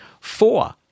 Four